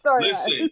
Listen